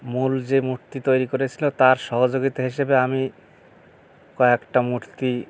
মূল যে মূর্তি তৈরি করেছিলো তার সহযোগিতা হিসেবে আমি কয়েকটা মূর্তি